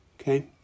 Okay